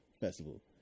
festival